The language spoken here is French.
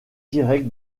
directs